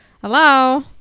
hello